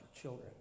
children